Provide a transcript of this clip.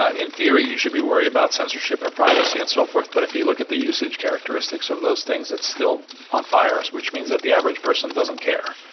ah in theory, you should be worried about censorship or privacy and so forth. but if you look at the usage characteristics of those things, it's still on fire, which means that the average person doesn't care.